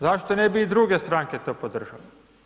Zašto ne bi i druge stranke to podržale?